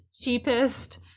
cheapest